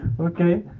Okay